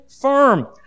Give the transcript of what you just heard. firm